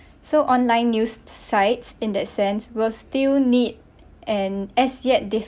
so online news sites in that sense will still need and as yet